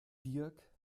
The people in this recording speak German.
dirk